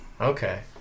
Okay